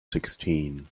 sixteen